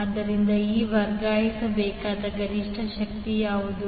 ಆದ್ದರಿಂದ ಈಗ ವರ್ಗಾಯಿಸಬೇಕಾದ ಗರಿಷ್ಠ ಶಕ್ತಿ ಯಾವುದು